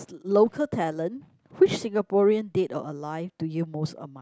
local talent which Singaporean dead or alive do you most admire